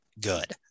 good